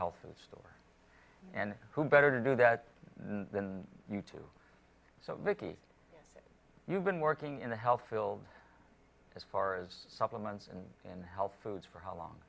health food store and who better to do that then you to so vicki you've been working in the health field as far as supplements and in health foods for how long